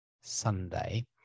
Sunday